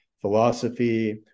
philosophy